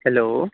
hello